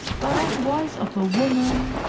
by that voice of a woman,